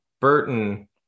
Burton